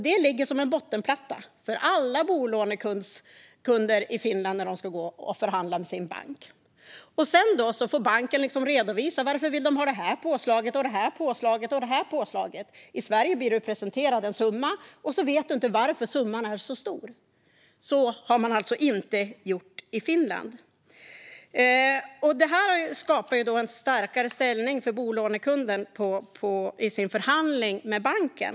Det ligger som en bottenplatta för alla bolånekunder i Finland när de ska förhandla med sin bank. Sedan får banken redovisa varför den vill ha det här och det här påslaget. I Sverige blir du presenterad en summa, och så vet du inte varför summan är så stor. Så har man alltså inte gjort i Finland. Detta skapar en starkare ställning för bolånekunden i förhandlingen med banken.